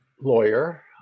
lawyer